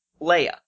Leia